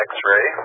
X-Ray